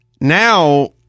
now